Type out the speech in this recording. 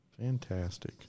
Fantastic